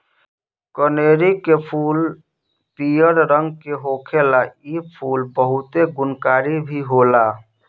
कनेरी के फूल पियर रंग के होखेला इ फूल बहुते गुणकारी भी होला